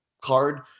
card